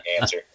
answer